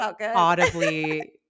audibly